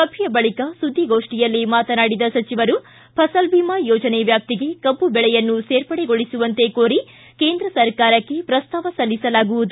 ಸಭೆಯ ಬಳಿಕ ಸುದ್ಧಿಗೋಷ್ಠಿಯಲ್ಲಿ ಮಾತನಾಡಿದ ಸಚಿವರು ಫಸಲ್ ಭಿಮಾ ಯೋಜನೆ ವ್ಯಾಪ್ತಿಗೆ ಕಬ್ಬು ಬೆಳೆಯನ್ನು ಸೇರ್ಪಡೆಗೊಳಿಸುವಂತೆ ಕೋರಿ ಕೇಂದ್ರ ಸರ್ಕಾರಕ್ಕೆ ಪ್ರಸ್ತಾವ ಸಲ್ಲಿಸಲಾಗುವುದು